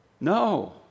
No